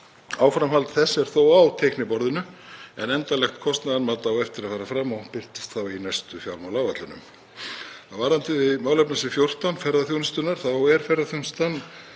Áframhald þess er þó á teikniborðinu en endanlegt kostnaðarmat á eftir að fara fram og birtist þá í næstu fjármálaáætlunum. Varðandi málefnasvið 14, ferðaþjónustu, er ferðaþjónustan